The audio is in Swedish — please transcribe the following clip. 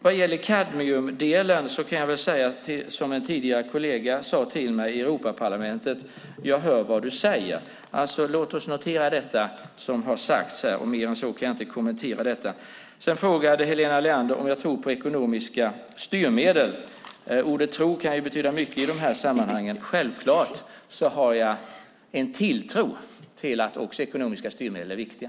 Vad gäller kadmiumdelen kan jag säga som en tidigare kollega till mig sade i Europaparlamentet: Jag hör vad du säger. Låt oss notera det som har sagts här, och mer än så kan jag inte kommentera det. Sedan frågar Helena Leander om jag tror på ekonomiska styrmedel. Ordet tro kan betyda mycket i de här sammanhangen. Jag har självklart en tilltro till att också ekonomiska styrmedel är viktiga.